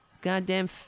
goddamn